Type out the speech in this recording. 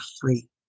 free